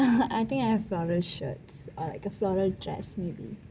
I think I have floral shirts like a floral dress maybe